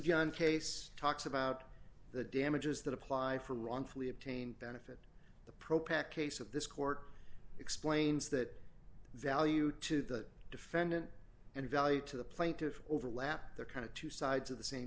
yun case talks about the damages that apply for wrongfully obtained benefit the pro pack case of this court explains that value to the defendant and value to the plaintiff overlap the kind of two sides of the same